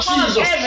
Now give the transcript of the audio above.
Jesus